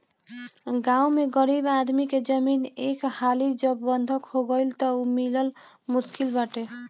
गांव में गरीब आदमी के जमीन एक हाली जब बंधक हो गईल तअ उ मिलल मुश्किल बाटे